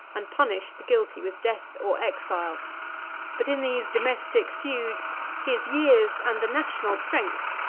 and punished the guilty with death or exile but in these domestic feuds, his years, and the national strength,